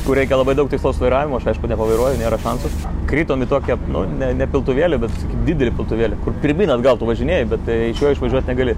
kur reikia labai daug tikslaus vairavimo aš aišku nepavairuoju nėra šansų kritom į tokią nu ne ne piltuvėlį bet didelį piltuvėlį kur pirmyn atgal tu važinėji bet tai iš jo išvažiuot negali